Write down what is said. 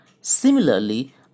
Similarly